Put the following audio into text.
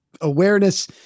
awareness